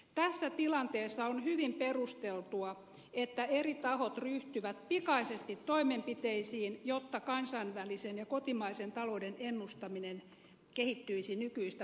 tässä tilanteessa on hyvin perusteltua että eri tahot ryhtyvät pikaisesti toimenpiteisiin jotta kansainvälisen ja kotimaisen talouden ennustaminen kehittyisi nykyistä paremmaksi